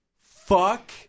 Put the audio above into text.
Fuck